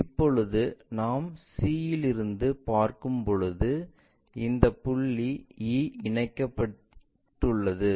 இப்போது நாம் c இலிருந்து பார்க்கும்போது இந்த புள்ளி e இணைக்கப்பட்டுள்ளது